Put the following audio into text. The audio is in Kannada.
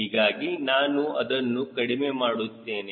ಹೀಗಾಗಿ ನಾನು ಅದನ್ನು ಕಡಿಮೆ ಮಾಡುತ್ತೇನೆ